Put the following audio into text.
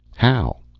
how?